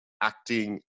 acting